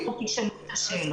בואו, תשאלו את השאלות.